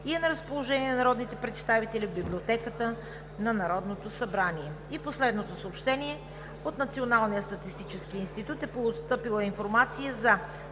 е на разположение на народните представители в Библиотеката на Народното събрание. От Националния статистически институт е постъпила информация за